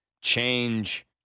change